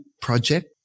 project